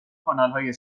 کانالهای